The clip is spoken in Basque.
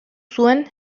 zuen